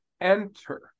enter